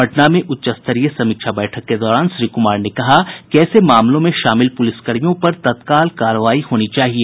पटना में उच्चस्तरीय समीक्षा बैठक के दौरान श्री कुमार ने कहा कि ऐसे मामलों में शामिल पुलिसकर्मियों पर तत्काल कार्रवाई होनी चाहिए